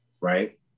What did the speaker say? right